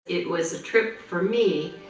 it was a trip, for me,